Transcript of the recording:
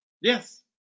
Yes